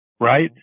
Right